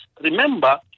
remember